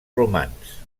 romans